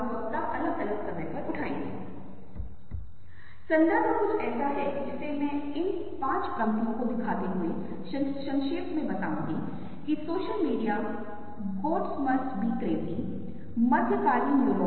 और हमारे पास इसके उदाहरण हैं मैं विवरण में नहीं जाऊंगा आप उन्हें स्लाइड में देख सकते हैं लेकिन आप देखते हैं कि यहां उदाहरण हमें बताते हैं उदाहरण के लिए यह नहीं दिखता है एक सीधी रेखा की तरह लेकिन है